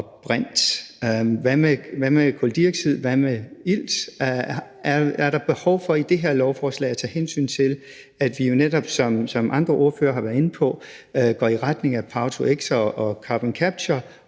og brint. Hvad med kuldioxid, hvad med ilt? Er der behov for i det her lovforslag at tage hensyn til, at vi jo netop, som andre ordføreren har været inde på, går i retning af power-to-x og carboncapture,